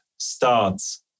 starts